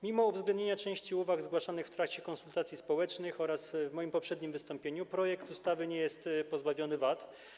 Mimo uwzględnienia części uwag zgłaszanych w trakcie konsultacji społecznych oraz w moim poprzednim wystąpieniu projekt ustawy nie jest pozbawiony wad.